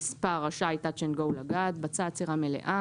(מספר) רשאי TOUCH&GO / לגעת (4)בצע עצירה מלאה